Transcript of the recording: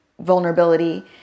vulnerability